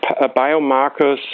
biomarkers